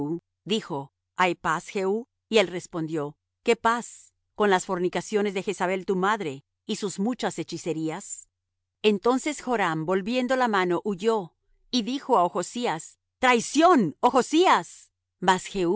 dijo hay paz jehú y él respondió qué paz con las fornicaciones de jezabel tu madre y sus muchas hechicerías entonces joram volviendo la mano huyó y dijo á ochzías traición ochzías mas